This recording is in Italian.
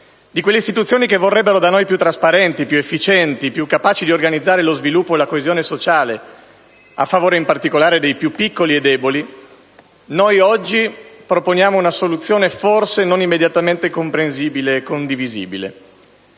di quelle istituzioni che vorrebbero da noi più trasparenti, più efficienti, più capaci di organizzare lo sviluppo e la coesione sociale a favore in particolare dei più piccoli e deboli, noi oggi proponiamo una soluzione forse non immediatamente comprensibile e condivisibile;